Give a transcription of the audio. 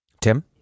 Tim